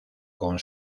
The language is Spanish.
con